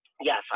yes